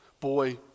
Boy